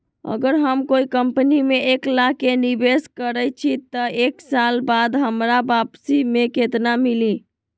अगर हम कोई कंपनी में एक लाख के निवेस करईछी त एक साल बाद हमरा वापसी में केतना मिली?